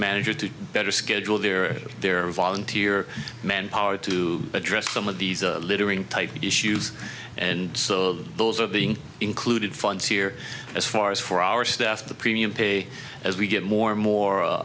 manager to better schedule their their volunteer manpower to address some of these littering type issues and so those are being included funds here as far as for our staff the premium pay as we get more and more